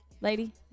Lady